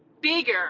bigger